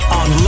on